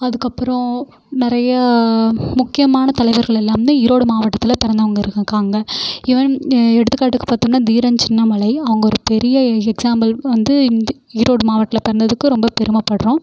அதுக்கப்புறம் நிறைய முக்கியமான தலைவர்கள் எல்லாம் வந்து ஈரோடு மாவட்டத்தில் பிறந்தவுங்க இருக்காங்க ஈவன் எடுத்துக்காட்டுக்கு பார்த்தோம்னா தீரன் சின்னமலை அவங்க ஒரு பெரிய எக்ஸாம்பிள் வந்து ஈரோடு மாவட்டத்தில் பிறந்ததுக்கு ரொம்ப பெருமைப்பட்றோம்